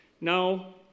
Now